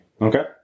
Okay